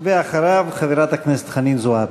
ואחריו, חברת הכנסת חנין זועבי.